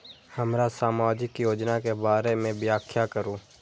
हमरा सामाजिक योजना के बारे में व्याख्या करु?